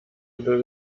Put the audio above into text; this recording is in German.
unter